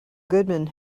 goodman